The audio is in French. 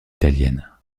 italienne